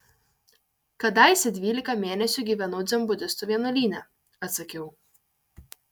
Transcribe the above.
kadaise dvylika mėnesių gyvenau dzenbudistų vienuolyne atsakiau